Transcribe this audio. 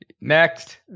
Next